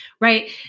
Right